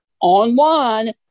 online